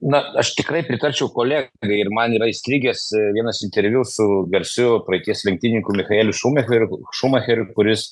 na aš tikrai pritarčiau kole gai ir man yra įstrigęs vienas interviu su garsiu praeities lenktynininku michaeliu šumacheriu šumacheriu kuris